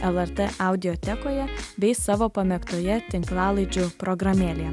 lrt audiotekoje bei savo pamėgtoje tinklalaidžių programėlėje